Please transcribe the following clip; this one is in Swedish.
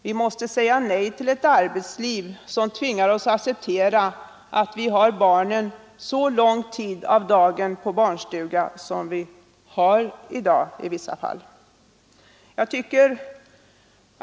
Vi måste säga nej till ett arbetsliv, som tvingar oss att acceptera att ha barnen så lång tid på barnstuga som vi i vissa fall i dag har.